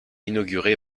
inauguré